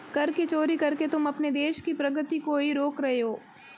कर की चोरी करके तुम अपने देश की प्रगती को ही रोक रहे हो